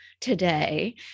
today